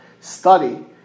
study